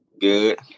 Good